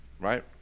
right